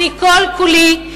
אני כל כולי,